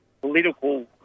political